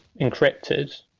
encrypted